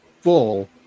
full